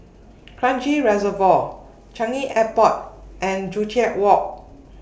Kranji Reservoir Changi Airport and Joo Chiat Walk